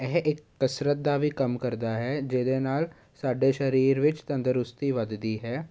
ਇਹ ਇੱਕ ਕਸਰਤ ਦਾ ਵੀ ਕੰਮ ਕਰਦਾ ਹੈ ਜਿਹਦੇ ਨਾਲ ਸਾਡੇ ਸਰੀਰ ਵਿੱਚ ਤੰਦਰੁਸਤੀ ਵੱਧਦੀ ਹੈ